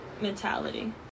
mentality